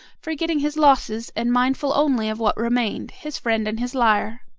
forgetting his losses, and mindful only of what remained, his friend and his lyre.